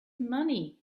money